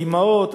האמהות,